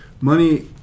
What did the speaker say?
Money